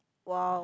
wow